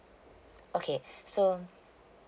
okay so